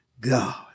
God